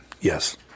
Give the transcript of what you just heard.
Yes